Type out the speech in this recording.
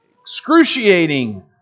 excruciating